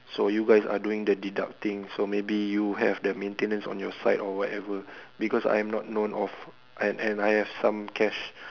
so you guys are doing the deducting so maybe you have the maintenance on your side or whatever because I am not known of and I have some cash